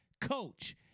coach